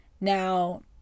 Now